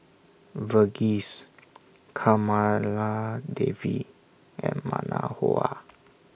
Verghese Kamaladevi and